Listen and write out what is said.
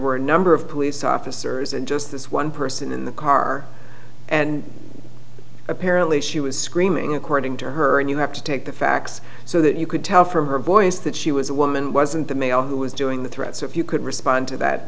were a number of police officers and just this one person in the car and apparently she was screaming according to her and you have to take the facts so that you could tell from her voice that she was a woman wasn't the male who was doing the threats if you could respond to that